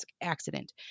accident